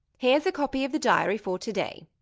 here's a copy of the diary for to-day.